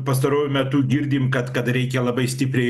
pastaruoju metu girdim kad kad reikia labai stipriai